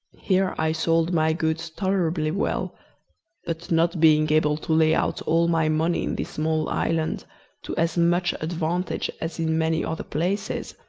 here i sold my goods tolerably well but, not being able to lay out all my money in this small island to as much advantage as in many other places,